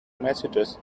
messages